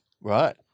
Right